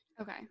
Okay